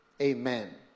Amen